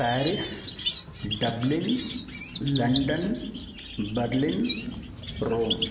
Paris Dublin London Berlin Rome